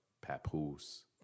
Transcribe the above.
Papoose